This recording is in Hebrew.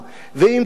ואם תאמרו,